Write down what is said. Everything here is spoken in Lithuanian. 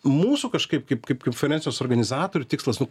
mūsų kažkaip kaip kaip konferencijos organizatorių tikslas nu